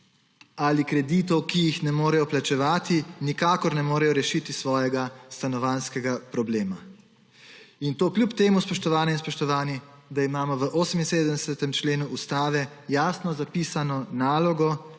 ali kreditov, ki jih ne morejo plačevati, nikakor ne morejo rešiti svojega stanovanjskega problema. In to kljub temu, spoštovane in spoštovani, da imamo v 78. členu Ustave jasno zapisano nalogo,